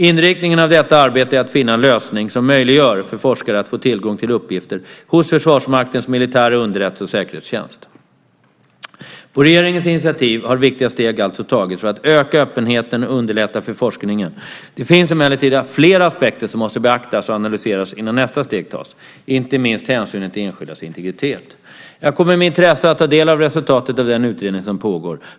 Inriktningen av detta arbete är att finna en lösning som möjliggör för forskare att få tillgång till uppgifter hos Försvarsmaktens militära underrättelse och säkerhetstjänst. På regeringens initiativ har viktiga steg alltså tagits för att öka öppenheten och underlätta för forskningen. Det finns emellertid flera aspekter som måste beaktas och analyseras innan nästa steg tas, inte minst hänsynen till enskildas integritet. Jag kommer med intresse att ta del av resultatet av den utredning som pågår.